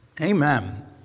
Amen